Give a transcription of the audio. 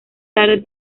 tarde